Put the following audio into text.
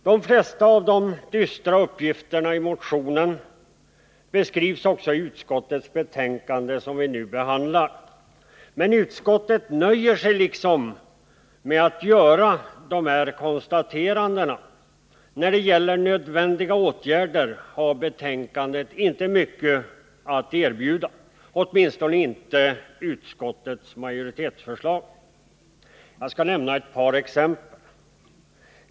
De flesta av de dystra uppgifterna i motionen beskrivs också i utskottets betänkande, som vi nu behandlar. Men utskottet nöjer sig liksom med att göra dessa konstateranden. När det gäller nödvändiga åtgärder har betänkandet inte mycket att erbjuda — åtminstone inte utskottets majoritet. Jag skall nämna ett par exempel.